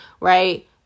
right